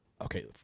okay